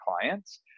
clients